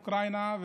אוקראינה,